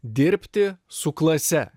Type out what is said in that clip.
dirbti su klase